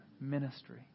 ministry